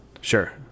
sure